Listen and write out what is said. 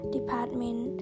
Department